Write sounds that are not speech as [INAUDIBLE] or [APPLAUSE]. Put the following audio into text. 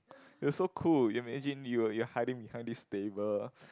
it was so cool imagine you were you were hiding behind this table [BREATH]